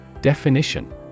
Definition